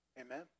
Amen